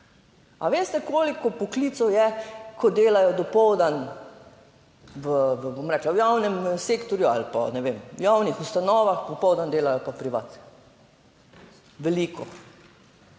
a veste koliko poklicev je, ko delajo dopoldan v, bom rekla, v javnem sektorju ali pa ne vem, v javnih ustanovah, popoldan delajo pa privat veliko?